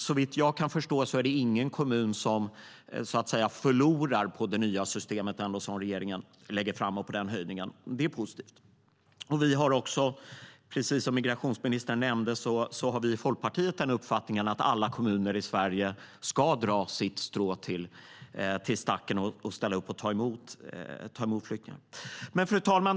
Såvitt jag kan förstå är det ändå ingen kommun som så att säga förlorar på det nya systemet och höjningen som regeringen lägger fram. Det är positivt. Precis som migrationsministern nämnde har vi i Folkpartiet den uppfattningen att alla kommuner i Sverige ska dra sitt strå till stacken och ställa upp och ta emot flyktingar. Fru talman!